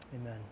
Amen